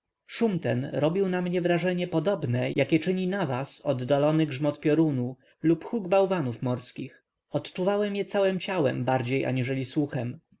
szum ten robił na mnie wrażenie podobne jakie czyni na was oddalony grzmot piorunu lub huk bałwanów morskich odczuwałem je całem ciałem bardziej aniżeli słuchem